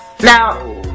Now